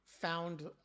found